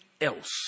else